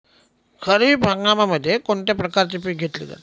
खरीप हंगामामध्ये कोणत्या प्रकारचे पीक घेतले जाते?